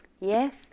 yes